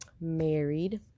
married